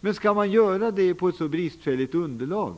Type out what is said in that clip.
Men skall vi göra det på ett så bristfälligt underlag?